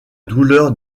douleur